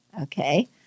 Okay